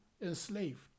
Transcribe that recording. enslaved